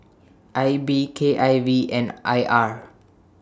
I B K I V and I R